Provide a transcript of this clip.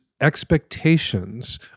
expectations